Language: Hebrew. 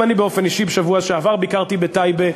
גם אני באופן אישי בשבוע שעבר ביקרתי בטייבה,